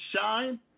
shine